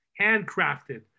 handcrafted